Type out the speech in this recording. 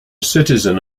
citizen